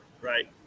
Right